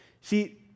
See